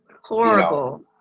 horrible